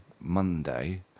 monday